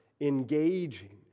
engaging